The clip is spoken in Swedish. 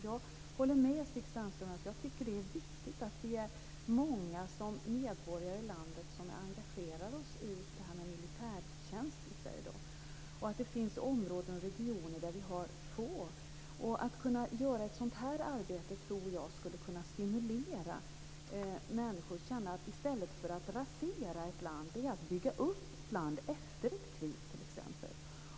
Jag håller med Stig Sandström om att det är viktigt att vi är många medborgare i landet som engagerar oss i detta med militärtjänsten. Det finns områden och regioner där de är få. Jag tror att ett sådant här arbete skulle kunna stimulera människor att känna att man i stället för att rasera ett land kan bygga upp ett land efter t.ex. ett krig.